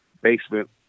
basement